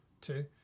two